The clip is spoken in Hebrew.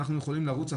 אנחנו יכולים לרוץ אחרי?